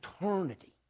eternity